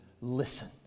listen